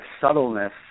subtleness